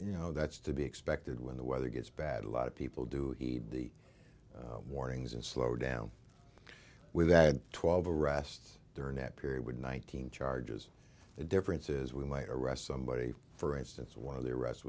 you know that's to be expected when the weather gets bad a lot of people do heed the warnings and slow down with that twelve arrests during that period one thousand charges the difference is we might arrest somebody for instance one of the arrest